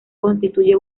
constituye